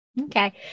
Okay